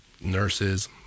nurses